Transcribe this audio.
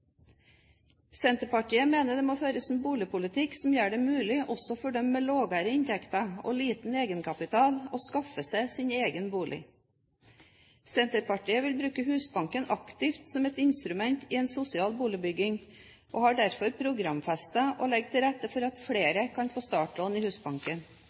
Senterpartiet mener det må føres en boligpolitikk som gjør det mulig også for dem med lavere inntekter og liten egenkapital å skaffe seg egen bolig. Senterpartiet vil bruke Husbanken aktivt som et instrument i en sosial boligbygging og har derfor programfestet å legge til rette for at flere kan få startlån i Husbanken.